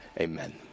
Amen